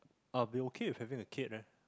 I'll be okay with having a kid leh